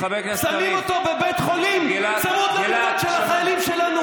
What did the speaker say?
שמים אותו בבית חולים צמוד למיטות של החיילים שלנו,